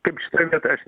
kaip šitoj vietoj aš